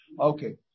Okay